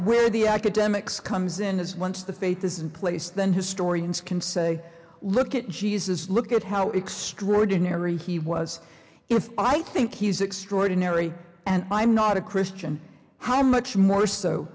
where the academics comes in as once the faith is in place then historians can say look at jesus look at how extraordinary he was if i think he's extraordinary and i'm not a christian how much more so